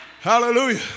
Hallelujah